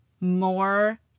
more